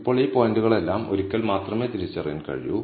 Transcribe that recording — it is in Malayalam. ഇപ്പോൾ ഈ പോയിന്റുകളെല്ലാം ഒരിക്കൽ മാത്രമേ തിരിച്ചറിയാൻ കഴിയൂ